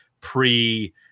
pre